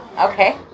Okay